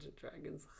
dragons